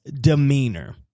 demeanor